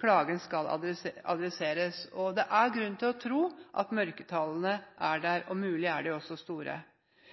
klagen skal adresseres. Det er grunn til å tro at mørketallene er der, og muligens er de også store.